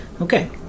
Okay